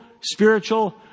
spiritual